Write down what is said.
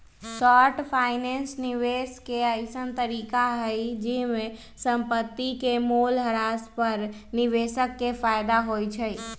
short finance निवेश के अइसँन तरीका हइ जाहिमे संपत्ति के मोल ह्रास पर निवेशक के फयदा होइ छइ